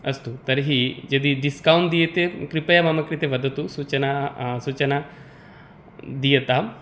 अस्तु तर्हि यदि डिस्कौण्ट् दीयते कृपया मम कृते वदतु सूचना सूचना दीयताम्